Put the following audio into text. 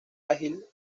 ágil